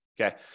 Okay